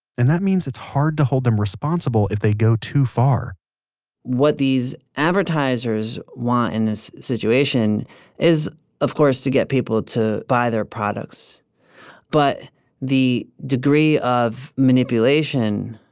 and that means it's hard to hold them responsible if they go too far what these advertisers want in this situation is of course to get people to buy their products but the degree of manipulation